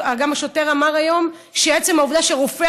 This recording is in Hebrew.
גם השוטר אמר היום שמעצם העובדה שרופא